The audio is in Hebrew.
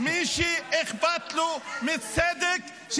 מי שאכפת לו מצדק,